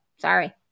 Sorry